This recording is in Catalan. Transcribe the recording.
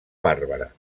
bàrbara